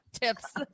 tips